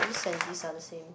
this and this are the same